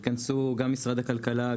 התכנסו: משרד הכלכלה,